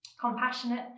compassionate